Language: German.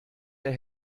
der